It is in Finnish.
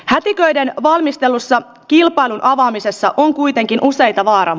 hätiköiden valmistelussa kilpailun avaamisessa on kuitenkin useita vaaran